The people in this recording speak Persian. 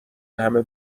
همه